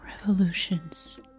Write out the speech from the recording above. Revolutions